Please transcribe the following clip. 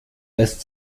lässt